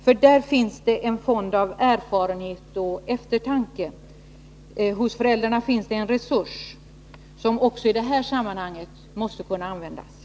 Hos dem finns en fond av erfarenhet och eftertanke, och det är resurser som måste komma till användning.